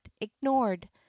ignored